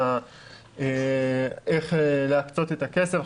איך להקצות את הכסף.